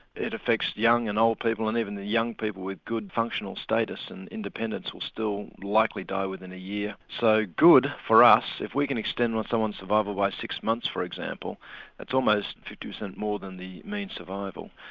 it effects young and old people and even the young people with good functional status and independence will still likely die within a year. so, good for us, if we can extend someone's survival by six months for example that's almost fifty percent more than the mean survival.